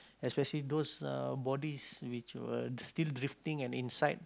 especially those uh bodies which were still drifting and inside